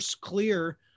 clear